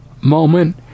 moment